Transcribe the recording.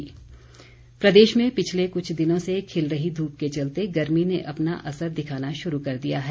मौसम प्रदेश में पिछले कुछ दिनों से खिल रही धूप के चलते गर्मी ने अपना असर दिखाना शुरू कर दिया है